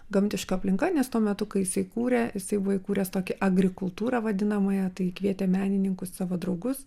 gamtiška aplinka nes tuo metu kai jisai kūrė jisai buvo įkūręs tokią agrikultūrą vadinamąją tai kvietė menininkų savo draugus